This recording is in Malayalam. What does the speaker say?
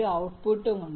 ഔട്ട്പുട്ടും ഉണ്ട്